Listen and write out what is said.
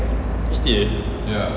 H_T_A